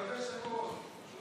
וכאשר